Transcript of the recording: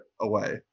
away